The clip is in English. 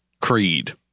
Creed